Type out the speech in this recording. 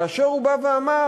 כאשר הוא בא ואמר: